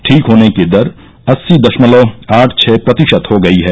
ठीक होने की दर अस्सी दशमलव आठ छह प्रतिशत हो गई है